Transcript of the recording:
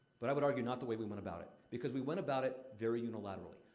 but i would argue not the way we went about it, because we went about it very unilaterally.